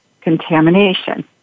contamination